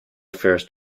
affairs